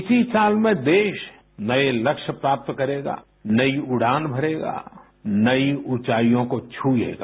इसी साल में देश नये लक्ष्य प्राप्त करेगा नई उड़ान भरेगा नई ऊँचाइयों को छुएगा